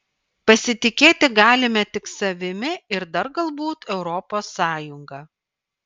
pasitikėti galime tik savimi ir dar galbūt europos sąjunga